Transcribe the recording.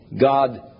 God